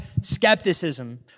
skepticism